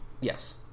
Yes